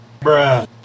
Bruh